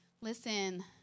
Listen